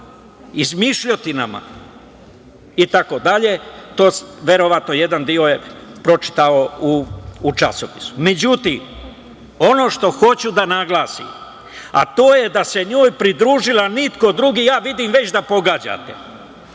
izmišljotinama itd. Jedan deo verovatno je pročitao u časopisu.Međutim, ono što hoću da naglasim, a to je da se njoj pridružila niko drugi, već vidim da pogađate,